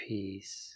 Peace